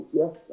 yes